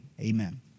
Amen